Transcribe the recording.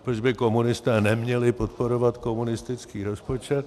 Proč by komunisté neměli podporovat komunistický rozpočet?